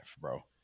bro